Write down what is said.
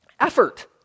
Effort